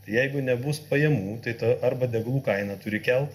jeigu nebus pajamų tai tu arba degalų kainą turi kelt